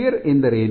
shear ಎಂದರೇನು